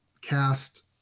cast